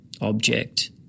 object